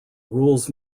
rules